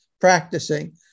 practicing